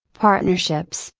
partnerships,